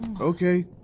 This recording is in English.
okay